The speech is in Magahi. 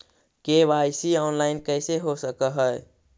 के.वाई.सी ऑनलाइन कैसे हो सक है?